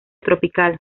tropical